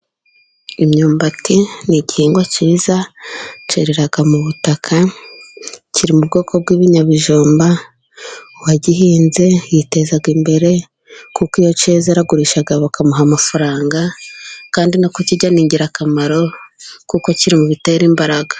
Imyumbati ni igihingwa cyiza cyerera mu butaka kiri mu bwoko bw'ibinyabijumba, uwagihinze yiteza imbere kuko iyo cyeza aragurisha bakamuha amafaranga, kandi no kukirya ni ingirakamaro kuko kiri mu bitera imbaraga.